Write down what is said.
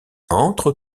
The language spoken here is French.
entre